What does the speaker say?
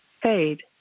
fade